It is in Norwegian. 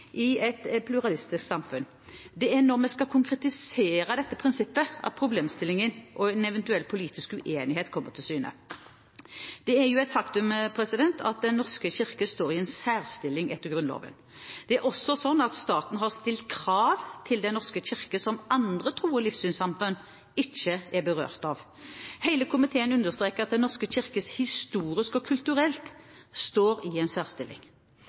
i et pluralistisk samfunn. Det er når vi skal konkretisere dette prinsippet, at problemstillingen og en eventuell politisk uenighet kommer til syne. Det er et faktum at Den norske kirke står i en særstilling etter Grunnloven. Det er også sånn at staten har stilt krav til Den norske kirke som andre tros- og livssynssamfunn ikke er berørt av. Hele komiteen understreker at Den norske kirke historisk og kulturelt står i en særstilling.